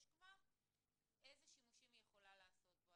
כבר איזה שימושים היא יכולה לעשות בו.